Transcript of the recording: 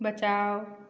बचाओ